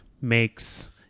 makes